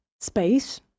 space